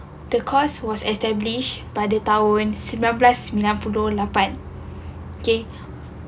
the course was established pada tahun sembilan belas sembilan puluh lapan K